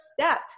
step